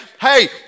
hey